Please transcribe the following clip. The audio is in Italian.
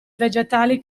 vegetali